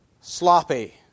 sloppy